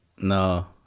No